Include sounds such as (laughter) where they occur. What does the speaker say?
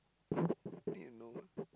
(noise) need to know